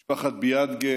משפחת ביאדגה